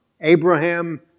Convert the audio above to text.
Abraham